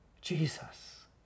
Jesus